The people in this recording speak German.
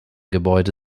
gebäude